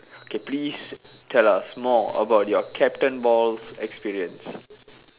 okay please tell us more about your captain balls experience